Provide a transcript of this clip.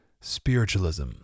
Spiritualism